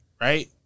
right